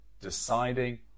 Deciding